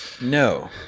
no